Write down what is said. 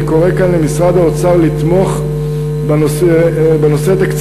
אני קורא כאן למשרד האוצר לתמוך בנושא תקציבית,